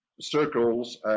circles